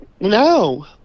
No